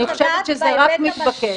אני חושבת שזה רק מתבקש.